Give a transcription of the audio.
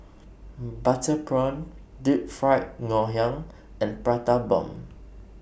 Butter Prawn Deep Fried Ngoh Hiang and Prata Bomb